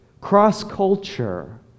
cross-culture